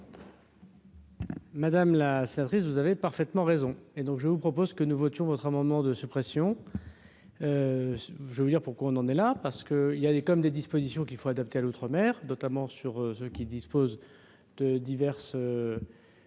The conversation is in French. Madame la sénatrice, vous avez parfaitement raison et donc je vous propose que nous votions votre amendement de suppression, je veux dire pourquoi on en est là parce que il y a des comme des dispositions qu'il faut adapter à l'Outre-mer, notamment sur ceux qui disposent de diverses,